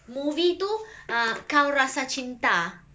movie tu err kau rasa cinta